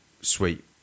sweet